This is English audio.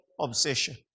obsession